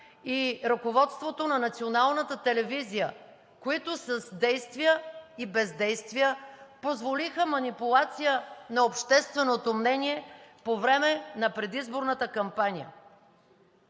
и ръководството на Националната телевизия, които с действия и бездействия позволиха манипулация на общественото мнение по време на предизборната кампания.